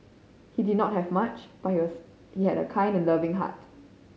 he did not have much but he had a kind and loving heart